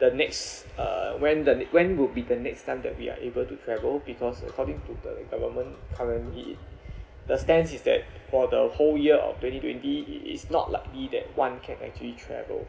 the next uh when the when would be the next time that we are able to travel because according to the government currently the stance is that for the whole year of twenty twenty it is not likely that one can actually travel